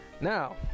Now